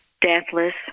deathless